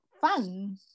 fun